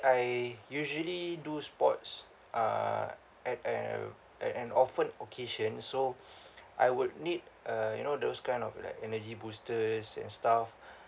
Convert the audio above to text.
I usually do sports uh at an at an often occasion so I would need uh you know those kind of like energy boosters and stuff